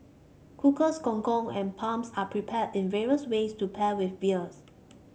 cockles gong gong and are prepared in various ways to pair with beers